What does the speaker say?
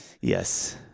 Yes